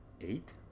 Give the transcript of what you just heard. eight